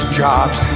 jobs